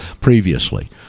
previously